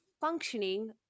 functioning